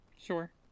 Sure